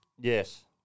Yes